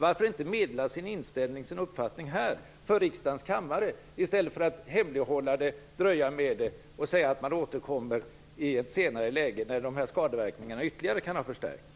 Varför inte meddela sin uppfattning här för riksdagens kammare i stället för att hemlighålla den och dröja med den och säga att man återkommer i ett senare läge när dessa skadeverkningar ytterligare kan ha förstärkts?